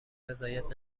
رضایت